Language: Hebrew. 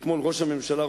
אתמול ראש הממשלה,